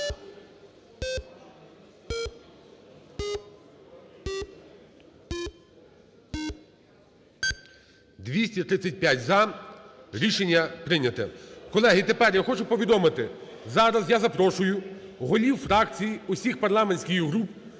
За-235 Рішення прийняте. Колеги, тепер я хочу повідомити. Зараз я запрошую голів фракцій, усіх парламентських груп